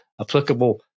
applicable